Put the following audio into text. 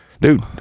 dude